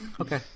Okay